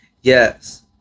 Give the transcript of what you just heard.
Yes